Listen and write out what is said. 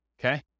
okay